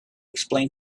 explain